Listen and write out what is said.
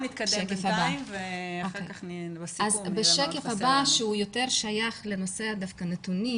שהוא יותר שייך לנושא הנתונים,